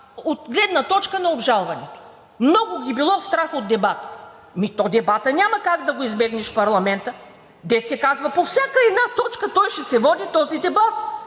от гледна точка на обжалването. Много ги било страх от дебата. Ами, то дебата няма как да го избегнеш в парламента! Дето се казва, по всяка една точка ще се води този дебат!